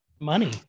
money